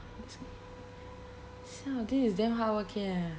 siao this is damn hardworking eh